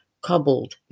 cobbled